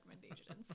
recommendations